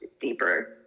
deeper